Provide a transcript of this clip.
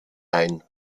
ein